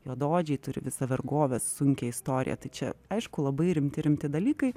juodaodžiai turi visą vergovės sunkią istoriją čia aišku labai rimti rimti dalykai